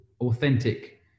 authentic